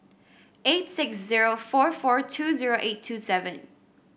eight six zero four four two zero eight two seven